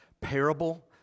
parable